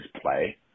play